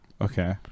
okay